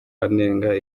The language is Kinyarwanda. anenga